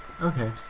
Okay